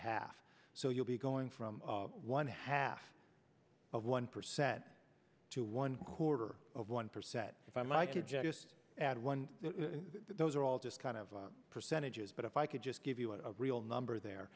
half so you'll be going from one half of one percent to one quarter of one percent if i'm i could just add one those are all just kind of percentages but if i could just give you a real number there